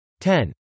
10